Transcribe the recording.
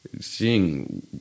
seeing